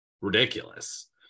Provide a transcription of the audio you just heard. ridiculous